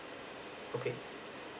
okay